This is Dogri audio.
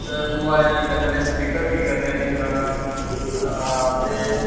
मोबाइल ठीक करने आह्ले स्पीकर ठीक करने आह्लियां दकानां हां ते